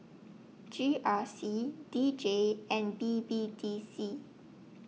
G R C D J and B B D C